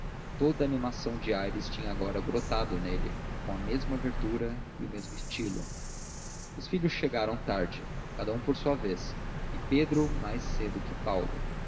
toda a animação de aires tinha agora brotado nele com a mesma verdura e o mesmo estilo os filhos chegaram tarde cada um por sua vez e pedro mais cedo que paulo